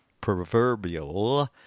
proverbial